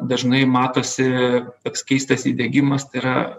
dažnai matosi toks keistas įdegimas tai yra